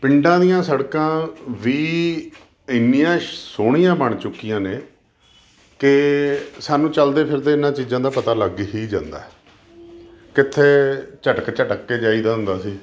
ਪਿੰਡਾਂ ਦੀਆਂ ਸੜਕਾਂ ਵੀ ਇੰਨੀਆਂ ਸ਼ ਸੋਹਣੀਆਂ ਬਣ ਚੁੱਕੀਆਂ ਨੇ ਕਿ ਸਾਨੂੰ ਚਲਦੇ ਫਿਰਦੇ ਇਹਨਾਂ ਚੀਜ਼ਾਂ ਦਾ ਪਤਾ ਲੱਗ ਹੀ ਜਾਂਦਾ ਹੈ ਕਿੱਥੇ ਝਟਕ ਝਟਕ ਕੇ ਜਾਈਦਾ ਹੁੰਦਾ ਸੀ